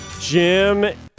Jim